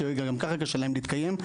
שגם ככה קשה להם להתקיים,